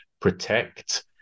protect